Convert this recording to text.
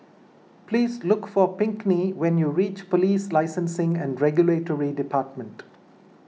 please look for Pinkney when you reach Police Licensing and Regulatory Department